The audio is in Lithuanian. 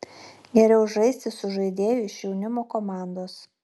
geriau žaisti su žaidėju iš jaunimo komandos